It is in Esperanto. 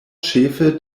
ĉefe